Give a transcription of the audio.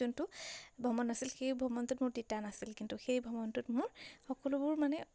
যোনটো ভ্ৰমণ আছিল সেই ভ্ৰমণটোত মোৰ তিতা নাছিল কিন্তু সেই ভ্ৰমণটোত মোৰ সকলোবোৰ মানে